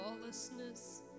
lawlessness